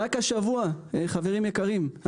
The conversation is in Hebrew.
רק השבוע חברים יקרים,